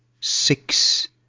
six